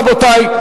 רבותי,